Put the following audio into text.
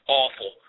awful